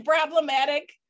problematic